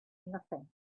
nothing